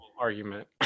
argument